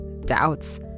doubts